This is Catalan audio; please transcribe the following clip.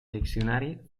diccionari